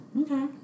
Okay